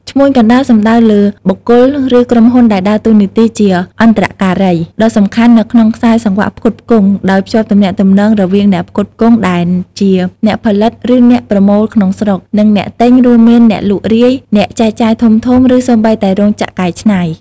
ឈ្មួញកណ្តាល សំដៅលើបុគ្គល ឬក្រុមហ៊ុនដែលដើរតួនាទីជាអន្តរការីដ៏សំខាន់នៅក្នុងខ្សែសង្វាក់ផ្គត់ផ្គង់ ដោយភ្ជាប់ទំនាក់ទំនងរវាងអ្នកផ្គត់ផ្គង់ ដែលជា អ្នកផលិត ឬ អ្នកប្រមូលក្នុងស្រុក និងអ្នកទិញ រួមមាន អ្នកលក់រាយ អ្នកចែកចាយធំៗ ឬសូម្បីតែរោងចក្រកែច្នៃ។